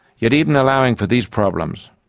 yet even allowing for these problems,